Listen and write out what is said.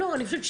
לא לדעתי,